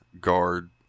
guard